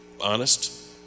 Honest